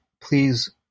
please